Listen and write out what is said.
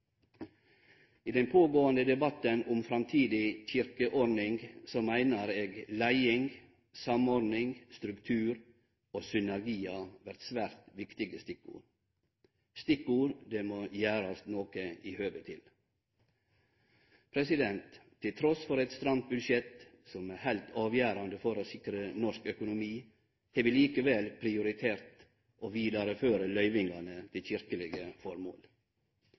I den pågåande debatten om framtidig kyrkjeordning meinar eg leiing, samordning, struktur og synergiar vert svært viktige stikkord, stikkord det må gjerast noko i høve til. Trass i eit stramt budsjett, som er heilt avgjerande for å sikre norsk økonomi, har vi likevel prioritert å vidareføre løyvingane til